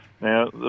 Now